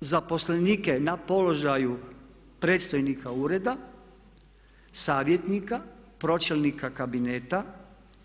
I to zaposlenike na položaju predstojnika ureda, savjetnika, pročelnika kabineta,